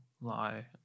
lie